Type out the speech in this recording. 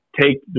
take